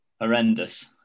horrendous